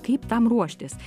kaip tam ruoštis